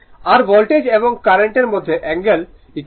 আর voltage এবং কারেন্টের মধ্যে অ্যাঙ্গেল α β